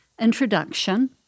introduction